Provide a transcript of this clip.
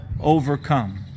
overcome